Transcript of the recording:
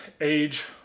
age